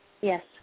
Yes